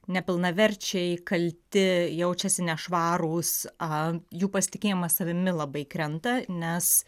nepilnaverčiai kalti jaučiasi nešvarūs jų pasitikėjimas savimi labai krenta nes